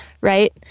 right